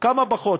כמה פחות?